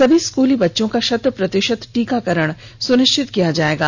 सभी स्कूली बच्चों का शत प्रतिशत टीकाकरण सुनिश्चित किया जाएगा